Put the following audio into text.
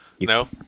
No